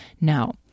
Now